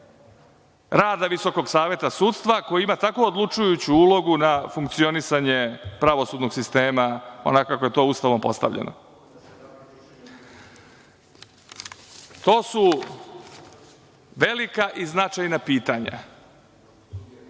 rada Visokog savet sudstva, koji ima takvu odlučujuću ulogu na funkcionisanje pravosudnog sistema, onako kako je to Ustavom postavljeno. To su velika i značajna pitanja